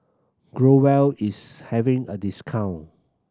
Growell is having a discount